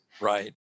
Right